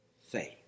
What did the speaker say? faith